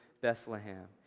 Bethlehem